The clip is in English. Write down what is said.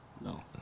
no